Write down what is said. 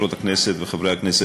חברות הכנסת וחברי הכנסת,